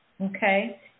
okay